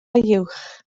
uwch